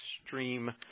extreme